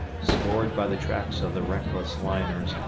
scored by the tracks of the reckless liners,